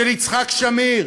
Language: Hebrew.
של יצחק שמיר,